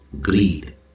greed